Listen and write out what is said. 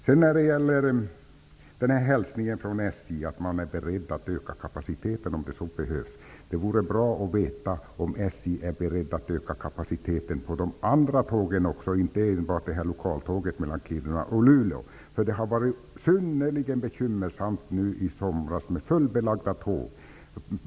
Sedan vill jag säga när det gäller hälsningen från SJ, att man är beredd att öka kapaciteten om så behövs, att det vore bra att veta om SJ är beredda att öka kapaciteten på de andra tågen också, inte enbart lokaltåget mellan Kiruna och Luleå. Det har varit synnerligen bekymmersamt nu i somras med fullbelagda tåg.